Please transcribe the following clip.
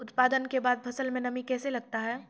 उत्पादन के बाद फसल मे नमी कैसे लगता हैं?